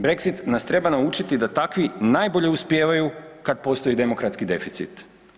Brexit nas treba naučiti da takvi najbolje uspijevaju kad postoji demokratski deficit.